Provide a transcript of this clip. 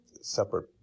separate